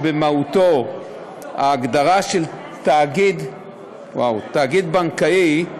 במהותה ההגדרה של תאגיד בנקאי,